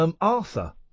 Arthur